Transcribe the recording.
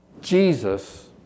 Jesus